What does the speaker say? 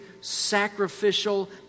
sacrificial